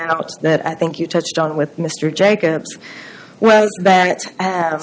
out that i think you touched on with mr jacobs well